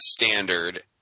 standard